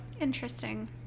Interesting